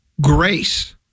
Grace